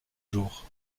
jour